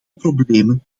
problemen